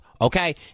okay